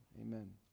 Amen